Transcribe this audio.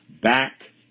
back